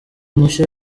mushya